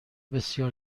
بسیار